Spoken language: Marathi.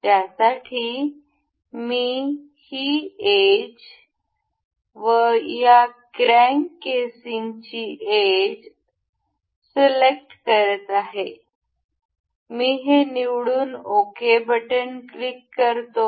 त्यासाठी मी ही एज व या क्रॅंक केसिंगची एज सिलेक्ट करत आहे मी हे निवडून ओके बटन क्लिक करतो